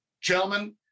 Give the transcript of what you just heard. gentlemen